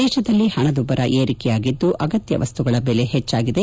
ದೇಶದಲ್ಲಿ ಹಣದುಬ್ಬರ ಏರಿಕೆಯಾಗಿದ್ದು ಅಗತ್ಯ ವಸ್ತುಗಳ ಬೆಲೆ ಹೆಚ್ಚಾಗಿದೆ